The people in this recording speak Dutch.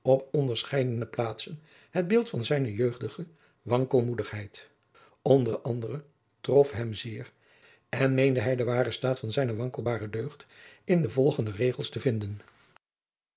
onderscheidene plaatsen het beeld van zijne jeugdige wankelmoedigheid onder anderen trot hem zeer en meende bij den waren staat van zijne wankelbare deugd in de volgende regels te vinden